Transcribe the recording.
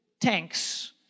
tanks